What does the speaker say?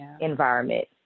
environment